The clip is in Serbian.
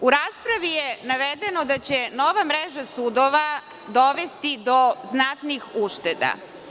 U raspravi je navedeno da će nova mreža sudova dovesti do znatnih ušteda.